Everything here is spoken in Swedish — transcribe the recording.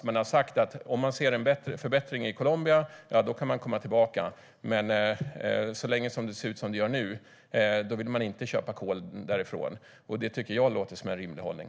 Man har sagt att om man ser en förbättring i Colombia kan man komma tillbaka, men så länge det ser ut som det gör nu vill man inte köpa kol därifrån. Det tycker jag låter som en rimlig hållning.